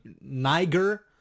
Niger